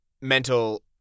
mental